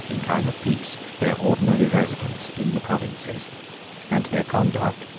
in time of peace, their ordinary residence in the provinces and their conduct,